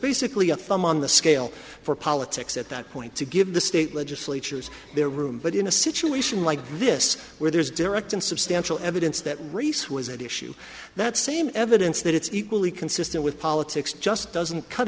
basically a thumb on the scale for politics at that point to give the state legislatures their room but in a situation like this where there's direct and substantial evidence that race was at issue that same evidence that it's equally consistent with politics just doesn't cut